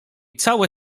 całe